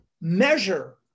measure